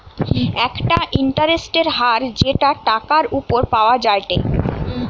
একটা ইন্টারেস্টের হার যেটা টাকার উপর পাওয়া যায়টে